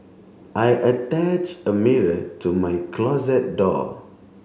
I attach a mirror to my closet door